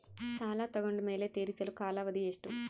ಸಾಲ ತಗೊಂಡು ಮೇಲೆ ತೇರಿಸಲು ಕಾಲಾವಧಿ ಎಷ್ಟು?